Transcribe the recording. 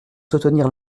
soutenir